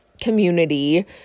community